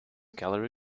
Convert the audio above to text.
gallery